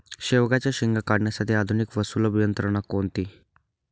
शेवग्याच्या शेंगा काढण्यासाठी आधुनिक व सुलभ यंत्रणा कोणती?